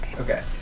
Okay